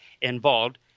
involved